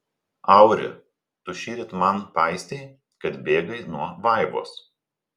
auri tu šįryt man paistei kad bėgai nuo vaivos